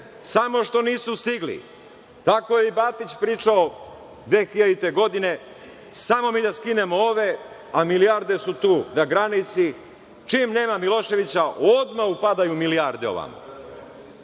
samo što nisu stigli. Tako je i Batić pričao 2000. godine – samo mi da skinemo ove, a milijarde su tu na granici, čim nema Miloševića odmah upadaju milijarde ovamo.